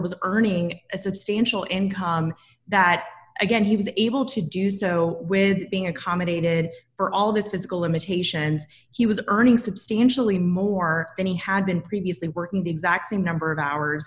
was earning a substantial income that again he was able to do so with being accommodated for all his physical limitations he was earning substantially more than he had been previously working the exact same number of hours